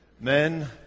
men